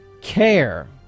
care